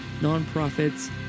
nonprofits